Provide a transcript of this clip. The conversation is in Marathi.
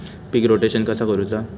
पीक रोटेशन कसा करूचा?